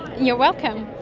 you're welcome.